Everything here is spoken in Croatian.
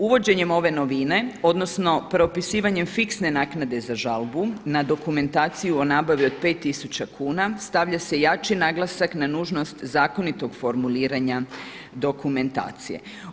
Uvođenjem ove novine odnosno propisivanjem fiksne naknade za žalbu na dokumentaciju o nabavi od pet tisuća kuna, stavlja se jači naglasak na nužnost zakonitog formuliranja dokumentacije.